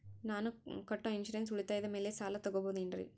ನಾನು ಕಟ್ಟೊ ಇನ್ಸೂರೆನ್ಸ್ ಉಳಿತಾಯದ ಮೇಲೆ ಸಾಲ ತಗೋಬಹುದೇನ್ರಿ?